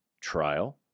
trial